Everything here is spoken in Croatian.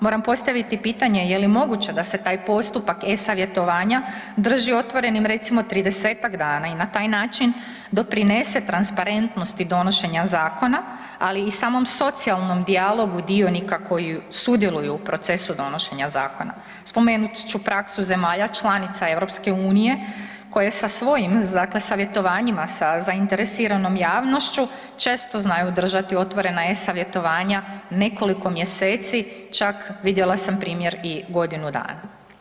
Moram postaviti pitanje, je li moguće da se taj postupak e-savjetovanja drži otvorenim recimo 30-ak dana i na taj način doprinese transparentnosti donošenja zakona ali i samom socijalnom dijalogu dionika koji sudjeluju u procesu donošenja zakona. spomenut ću praksu zemalja članica EU-a koje sa svojim dakle savjetovanjima sa zainteresiranom javnošću, često znaju držati otvorena e-savjetovanja nekoliko mjeseci, čak vidjela sam primjer i godinu dana.